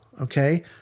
okay